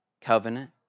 covenant